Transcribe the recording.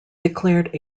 declared